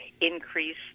increase